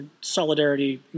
solidarity